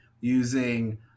using